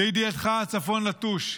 לידיעתך, הצפון נטוש.